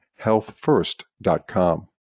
healthfirst.com